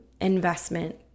investment